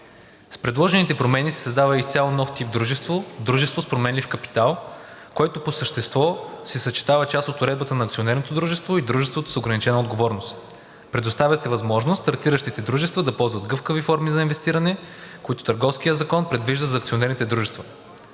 С предложените промени се създава изцяло нов тип дружество – дружество с променлив капитал, в което по същество се съчетава част от уредбата на акционерното дружество и дружеството с ограничена отговорност. Предоставя се възможност стартиращите дружества да ползват гъвкави форми за инвестиране, които Търговският закон предвижда за акционерните дружества.